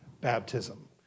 baptism